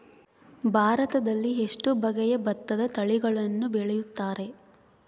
ಭಾರತದಲ್ಲಿ ಎಷ್ಟು ಬಗೆಯ ಭತ್ತದ ತಳಿಗಳನ್ನು ಬೆಳೆಯುತ್ತಾರೆ?